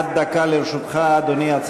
עד דקה לרשותך, אדוני.